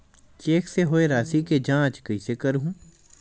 Cheque से होए राशि के जांच कइसे करहु?